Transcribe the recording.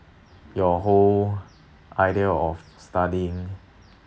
your whole idea of studying